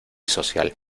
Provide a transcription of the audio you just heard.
social